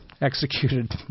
executed